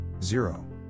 zero